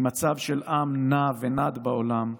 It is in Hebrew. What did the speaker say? ממצב של עם נע ונד בעולם,